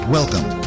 Welcome